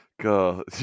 God